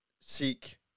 seek